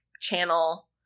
channel